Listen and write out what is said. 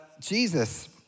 Jesus